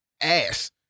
Ass